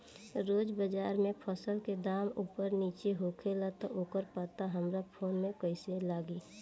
रोज़ बाज़ार मे फसल के दाम ऊपर नीचे होखेला त ओकर पता हमरा फोन मे कैसे लागी?